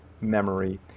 memory